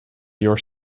your